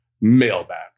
Mailbag